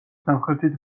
სამხრეთით